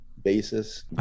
Basis